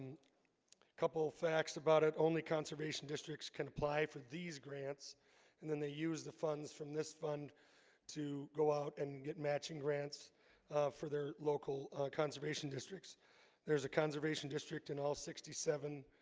couple facts about it only conservation districts can apply for these grants and then they use the funds from this fund to go out and get matching grants for their local conservation districts there's a conservation district in all sixty seven